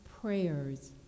prayers